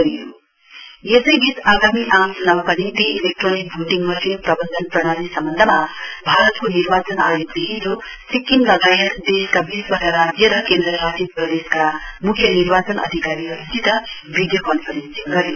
इसिआई video conferencing यसैवीच आगामी आम चुनावका निम्ति इलेक्ट्रोनिक भोटिङ मशिन प्रवन्धन प्रणाली सम्वन्धमा भारतको निर्वाचन आयोगले हिजो सिक्किम लगायत देशका वीसवटा राज्य र केन्द्र शासित प्रदेशका मुख्य निर्वाचन अधिकारीहरुसित भिडियो कन्फरेसिङ गर्यो